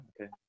okay